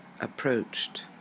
approached